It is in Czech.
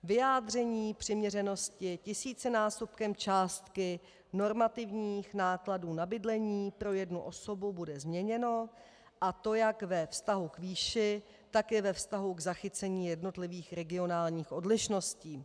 Vyjádření přiměřenosti tisícinásobkem částky normativních nákladů na bydlení pro jednu osobu bude změněno, a to jak ve vztahu k výši, tak i ve vztahu k zachycení jednotlivých regionálních odlišností.